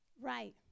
Right